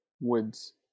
woods